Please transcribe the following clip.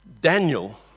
Daniel